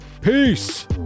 Peace